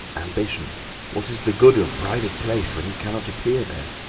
ambition what is the good of pride of place when you cannot appear there?